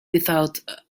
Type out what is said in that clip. without